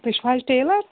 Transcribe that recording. تُہۍ چھُو حظ ٹیلَر